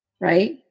right